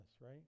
right